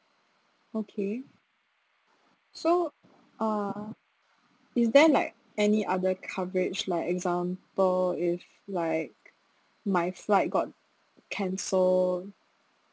okay so uh is there like any other coverage like example if like my flight got cancelled